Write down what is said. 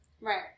Right